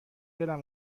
دلم